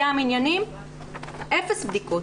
ים אפס בדיקות.